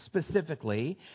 specifically